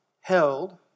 held